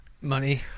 money